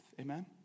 Amen